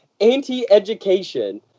anti-education